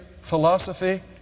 philosophy